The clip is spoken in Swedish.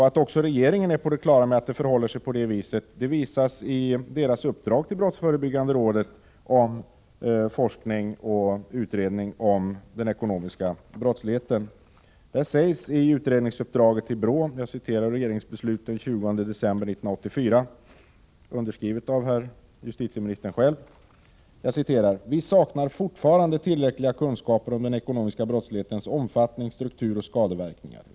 Att också regeringen är på det klara med att det förhåller sig på det viset framgår av regeringens uppdrag till brottsförebyggande rådet om forskning och utredning om den ekonomiska brottsligheten. I utredningsuppdraget till BRÅ, underskrivet av justitieministern, säger regeringen den 20 december 1984: ”Vi saknar fortfarande tillräckliga kunskaper om den ekonomiska brottslighetens omfattning, struktur och skadeverkningar.